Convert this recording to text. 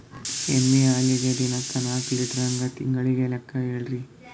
ಎಮ್ಮಿ ಹಾಲಿಗಿ ದಿನಕ್ಕ ನಾಕ ಲೀಟರ್ ಹಂಗ ತಿಂಗಳ ಲೆಕ್ಕ ಹೇಳ್ರಿ?